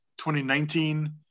2019